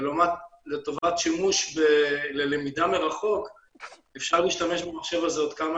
אבל לטובת שימוש ללמידה מרחוק אפשר להשתמש במחשב הזה עוד כמה